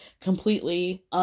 completely